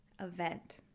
event